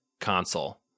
console